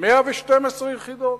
112 יחידות.